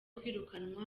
kwirukanwa